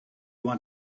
want